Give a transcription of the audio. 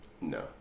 No